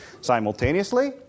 simultaneously